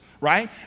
right